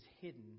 hidden